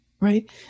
right